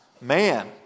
man